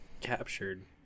captured